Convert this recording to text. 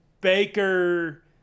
Baker